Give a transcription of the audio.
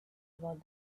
about